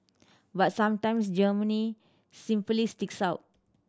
but sometimes Germany simply sticks out